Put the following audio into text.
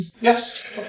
Yes